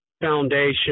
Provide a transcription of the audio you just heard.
foundation